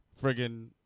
Friggin